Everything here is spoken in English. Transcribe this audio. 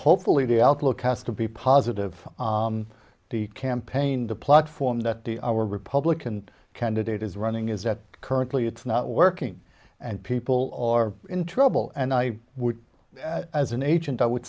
hopefully the outlook has to be positive the campaign the platform that the our republican candidate is running is that currently it's not working and people are in trouble and i would as an agent i would